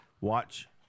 Watch